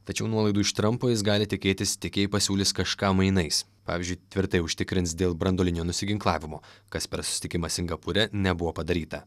tačiau nuolaidų iš trampo jis gali tikėtis tik jei pasiūlys kažką mainais pavyzdžiui tvirtai užtikrins dėl branduolinio nusiginklavimo kas per susitikimą singapūre nebuvo padaryta